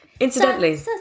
Incidentally